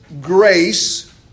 grace